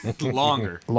Longer